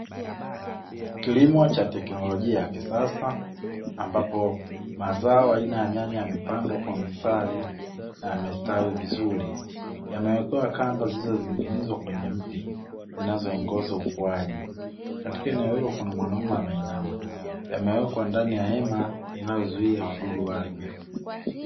Kilimo cha teknolojia ya kisasa ambapo mazao aina ya nyanya yamepandwa kwa mstari, na yamestawi vizuri yamewekewa kamba zilizoning'inizwa kwenye mti zinazoongoza ukuaji. Katika eneo hilo kuna mwanaume ameinama, yamewekwa ndani ya hema kuzuia uharibifu.